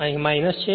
અહી - છે